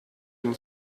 ihm